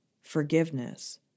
forgiveness